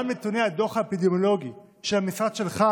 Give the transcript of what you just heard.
גם נתוני הדוח האפידמיולוגי של המשרד שלך,